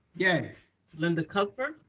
yeah linda cuthbert.